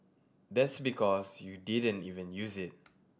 that's because you didn't even use it